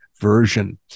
version